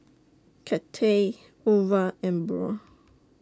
Cathey Ova and Burl